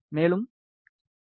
மேலும் எஸ்